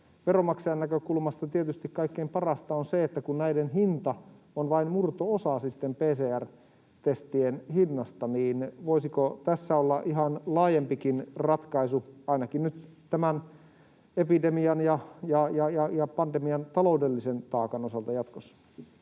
veronmaksajan näkökulmasta tietysti kaikkein parasta, on se, että näiden hinta on vain murto-osa PCR-testien hinnasta. Voisiko tässä olla ihan laajempikin ratkaisu ainakin epidemian ja pandemian taloudellisen taakan osalta jatkossa?